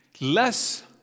less